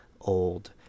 old